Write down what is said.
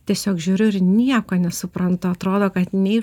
tiesiog žiūriu ir nieko nesuprantu atrodo kad nei